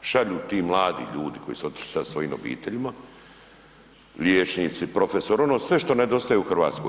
šalju ti mladi ljudi koji su otišli sa svojim obiteljima, liječnici, profesori ono sve što nedostaje u Hrvatskoj.